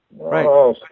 Right